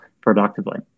productively